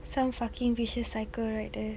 some fucking vicious cycle right there